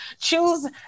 choose